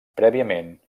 prèviament